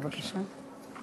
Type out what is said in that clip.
בבקשה.